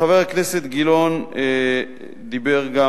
חבר הכנסת גילאון דיבר גם